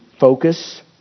focus